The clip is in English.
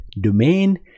domain